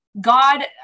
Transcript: God